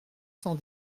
cent